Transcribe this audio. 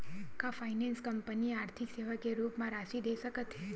का finance company आर्थिक सेवा के रूप म राशि दे सकत हे?